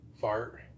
Fart